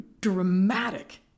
dramatic